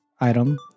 item